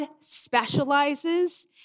specializes